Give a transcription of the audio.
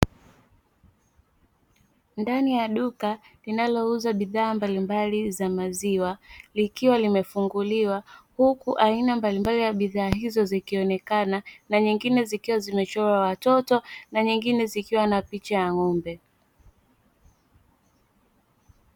Ndani ya duka linalouza bidhaa mbalimbali za maziwa likiwa limefunguliwa huku aina mbalimbali ya bidhaa hizo zikionekana na nyingine zikiwa zimechorwa watoto na nyingine zikiwa na picha ya ng'ombe.